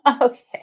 Okay